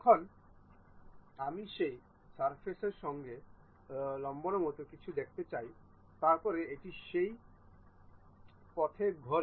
এখন আমি সেই সারফেসের সঙ্গে লম্বের মতো কিছু দেখতে চাই তারপরে এটি সেই পথে ঘোরে